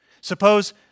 Suppose